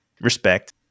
respect